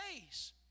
days